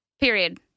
Period